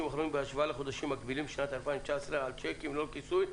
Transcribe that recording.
האחרונים בהשוואה לחודשים המקבילים בשנת 2019 על שיקים ללא כיסוי,